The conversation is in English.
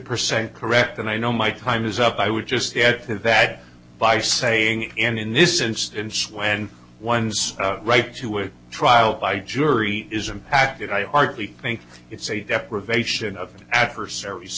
percent correct and i know my time is up i would just add to that by saying in this instance when one's right to a trial by jury is impacted i hardly think it's a deprivation of adversar